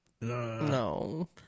No